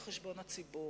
על-חשבון הציבור.